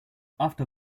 after